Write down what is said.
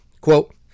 Quote